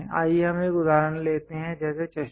आइए हम एक उदाहरण लेते हैं जैसे चश्मा